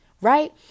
right